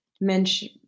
mention